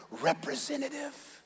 representative